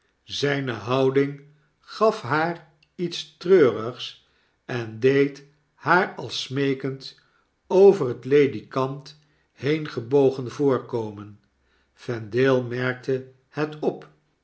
zyne houding gaf haar iets treurigs en deed haar als smeekend over het ledikant heengebogen voorkomen vendale merkte het op